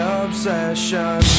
obsession